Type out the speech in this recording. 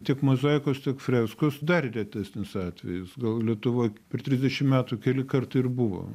tiek mozaikos tiek freskos dar retesnis atvejis gal lietuvoj per trisdešim metų keli kartai ir buvo